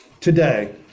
Today